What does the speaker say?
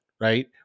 right